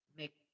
make